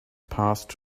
passed